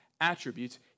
attributes